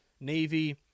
Navy